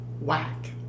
Whack